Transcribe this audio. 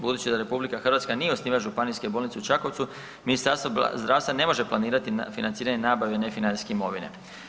Budući da RH nije osnivač Županijske bolnice u Čakovcu, Ministarstvo zdravstva ne može planirati financiranje nabave nefinancijske imovine.